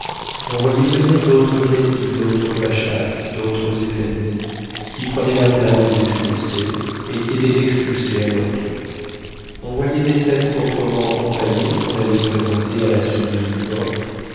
on voyait venir d'autres cadis d'autres bachas d'autres effendis qui prenaient la place des expulsés et qui étaient expulsés à leur tour on voyait des têtes proprement empaillées qu'on allait présenter à la sublime porte